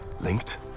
linked